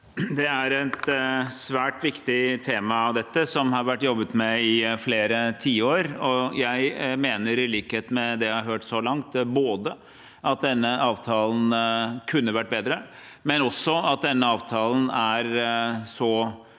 te er et svært viktig tema som har vært jobbet med i flere tiår. Jeg mener, i likhet med det jeg har hørt så langt, at denne avtalen kunne vært bedre, men også at denne avtalen er så